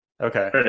Okay